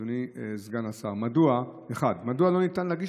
אדוני סגן השר: 1. מדוע לא ניתן להגיש